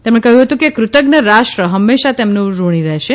તેમણે કહ્યું હતું કે કૃતજ્ઞ રાષ્ટ્ર હંમેશા તેમનું ઋણી રહેશે